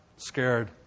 scared